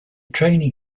training